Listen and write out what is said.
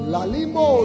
Lalimo